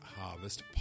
harvest